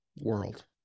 world